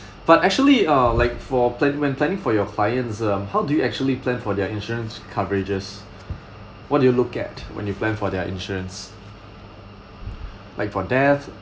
but actually uh like for plan~ when planning for your clients um how do you actually plan for their insurance coverages what do you look at when you plan for their insurance like for death